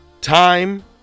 time